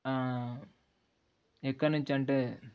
ఎక్కడ నుంచి అంటే